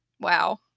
wow